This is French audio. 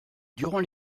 durant